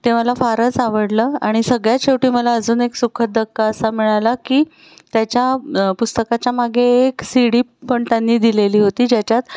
ते मला फारच आवडलं आणि सगळ्यात शेवटी मला अजून एक सुखद धक्का असा मिळाला की त्याच्या पुस्तकाच्या मागे एक सी डी पण त्यांनी दिलेली होती ज्याच्यात